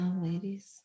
ladies